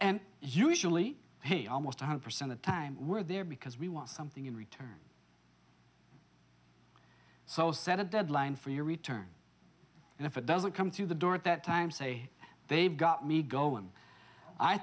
and usually pay almost one hundred percent of the time we're there because we want something in return so set a deadline for your return and if it doesn't come through the door at that time say they've got me go